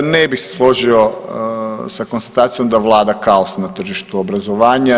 Ne bih se složio sa konstatacijom da vlada kaos na tržištu obrazovanja.